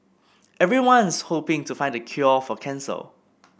everyone's hoping to find the cure for cancer